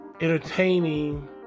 entertaining